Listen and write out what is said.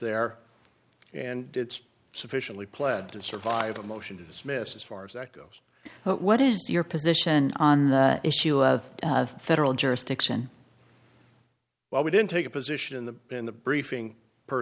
there and it's sufficiently pled to survive a motion to dismiss as far as that goes what is your position on the issue of federal jurisdiction well we didn't take a position in the in the briefing per